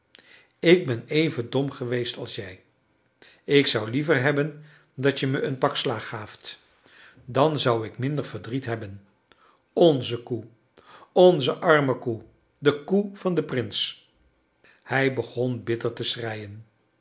ik ben even dom geweest als jij ik zou liever hebben dat je me een pak slaag gaaft dan zou ik minder verdriet hebben onze koe onze arme koe de koe van den prins hij begon bitter te schreien